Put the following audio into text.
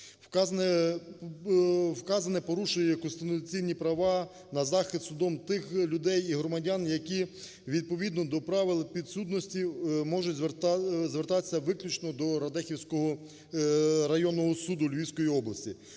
Вказане порушує конституційні права на захист судом тих людей і громадян, які відповідно до правил підсудності можуть звертатися виключно до Радехівського районного суду Львівської області.